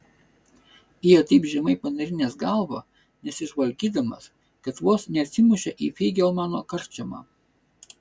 ėjo taip žemai panarinęs galvą nesižvalgydamas kad vos neatsimušė į feigelmano karčiamą